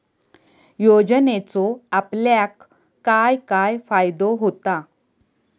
योजनेचो आपल्याक काय काय फायदो होता?